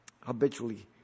habitually